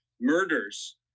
Murders